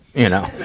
you know.